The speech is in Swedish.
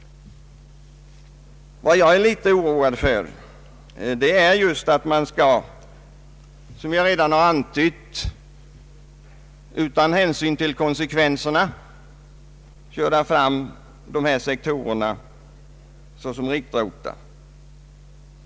Vad jag är litet oroad för är att man — som jag redan antytt — utan hänsyn till konsekvenserna skall köra fram dessa sektorer som riktrotar.